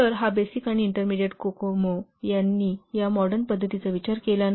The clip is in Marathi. तर हा बेसिक आणि इंटरमेडिएट कोकोमो त्यांनी या मॉडर्न पद्धतींचा विचार केला नाही